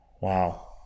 Wow